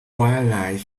twilight